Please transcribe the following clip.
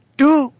two